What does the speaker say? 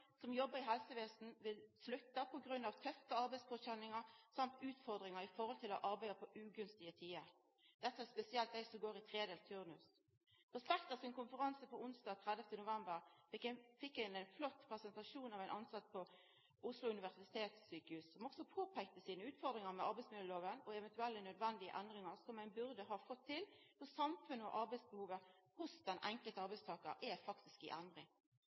som jobbar i helsevesenet, som vil slutta på grunn av tøffe arbeidspåkjenningar og utfordringar ved å arbeida på ugunstige tider. Dette gjeld spesielt dei som går i tredelt turnus. På Spekter sin konferanse onsdag 30. november fekk vi ein flott presentasjon av ein tilsett ved Oslo universitetssykehus som påpeikte sine utfordringar med arbeidsmiljøloven og eventuelle nødvendige endringar som ein burde ha fått til, for samfunnet og arbeidsbehovet hos den enkelte arbeidstakar er faktisk i endring.